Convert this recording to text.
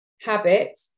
habit